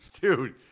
dude